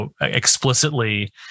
explicitly